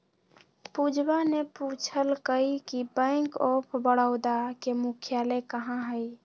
पूजवा ने पूछल कई कि बैंक ऑफ बड़ौदा के मुख्यालय कहाँ हई?